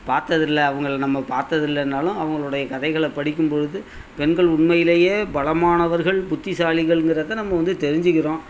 பார்த்ததில்ல அவங்கள நம்ம பார்த்ததில்லன்னாலும் அவங்களுடைய கதைகளை படிக்கும் பொழுது பெண்கள் உண்மையிலையே பலமானவர்கள் புத்திசாலிகள்ங்கிறதை நம்ம வந்து தெரிஞ்சிக்கிறோம்